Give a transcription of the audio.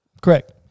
Correct